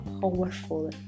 powerful